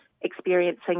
experiencing